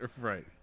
Right